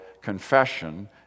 confession